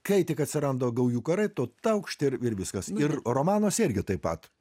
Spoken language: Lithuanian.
kai tik atsiranda gaujų karai to taukšti ir ir viskas ir romanuose irgi taip pat